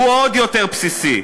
הוא עוד יותר בסיסי,